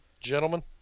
Gentlemen